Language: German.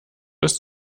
ist